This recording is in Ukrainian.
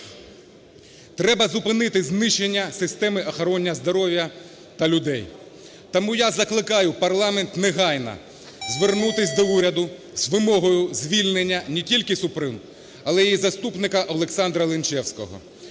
Треба зупинити знищення системи охорони здоров'я та людей. Тому я закликаю парламент негайно звернутись до уряду з вимогою звільнення не тільки Супрун, але і її заступника Олександра Лінчевського.